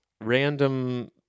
random